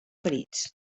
ferits